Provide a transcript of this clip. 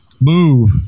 move